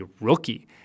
rookie